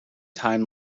time